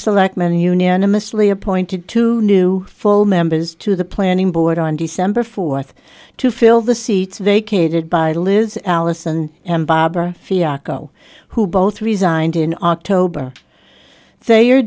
selectmen unanimously appointed to new full members to the planning board on december fourth to fill the seats vacated by liz allison and barbara fiasco who both resigned in october